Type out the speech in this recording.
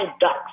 ducks